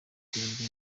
iterambere